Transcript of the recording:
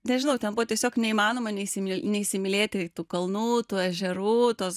nežinau ten buvo tiesiog neįmanoma neįsimyl neįsimylėti tų kalnų tų ežerų tos